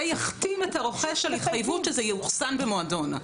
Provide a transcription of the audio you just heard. ויחתים את הרוכש על התחייבות שזה יאוחסן במועדון.